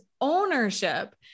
ownership